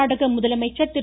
கர்நாடக முதலமைச்சர் திரு